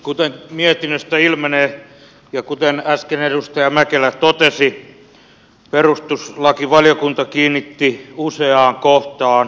kuten mietinnöstä ilmenee ja kuten äsken edustaja mäkelä totesi perustuslakivaliokunta kiinnitti useaan kohtaan huomiota